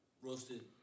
Roasted